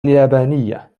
اليابانية